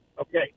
Okay